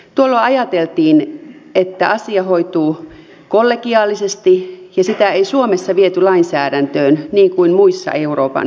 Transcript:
tuolloin ajateltiin että asia hoituu kollegiaalisesti ja sitä ei suomessa viety lainsäädäntöön niin kuin muissa euroopan maissa